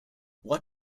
what